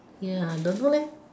ya don't know leh